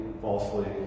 falsely